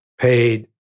paid